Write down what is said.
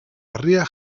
harria